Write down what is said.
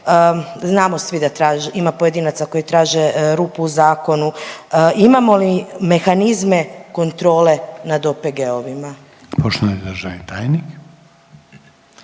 znamo svi da traže, ima pojedinaca koji traže rupu u zakonu, imamo li mehanizme kontrole nad OPG-ovima?